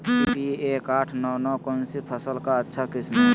P एक आठ नौ नौ कौन सी फसल का अच्छा किस्म हैं?